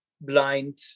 blind